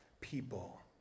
people